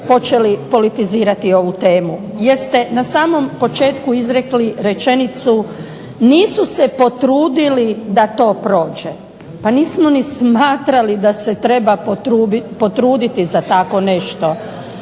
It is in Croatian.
počeli politizirati ovu temu jer ste na samom početku izrekli rečenicu, nisu se potrudili da to prođe. Pa nismo ni smatrali da se treba potruditi za takvo nešto.